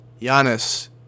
Giannis